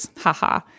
haha